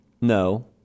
No